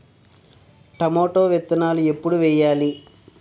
Tomato విత్తనాలు ఎప్పుడు వెయ్యాలి?